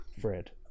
Fred